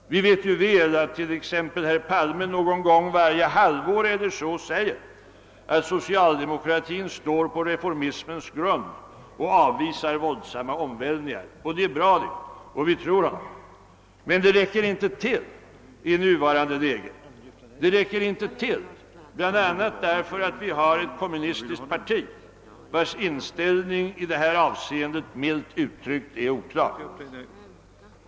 Vi vet väl att t.ex. herr Palme någon gång varje halvår eller så säger att socialdemokratin står på reformismens grund och avvisar våldsamma omvälvningar. Det är bra, och vi tror honom, men det räcker inte till i nuvarande läge. Det räcker inte till, bl.a. därför att vi har ett kommunistiskt parti, vars inställning i det här avseendet är milt uttryckt oklar.